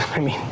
i mean,